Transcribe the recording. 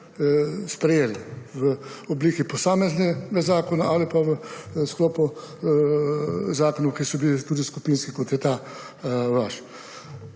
sprejeli v obliki posameznega zakona ali pa v sklopu zakonov, ki so bili tudi skupinski, kot je ta vaš.